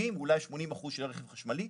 70, ואולי 80 אחוזים של רכבים חשמליים.